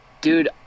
dude